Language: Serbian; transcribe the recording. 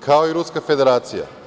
kao i Ruska Federacija.